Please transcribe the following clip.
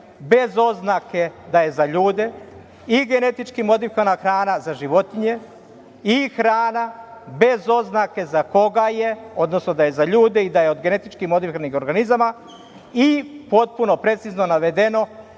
bez oznake da je za ljude i genetički modifikovana hrana za životinje i hrana bez oznake za koga je, odnosno da je za ljude i da je od GMO i potpuno precizno navedeno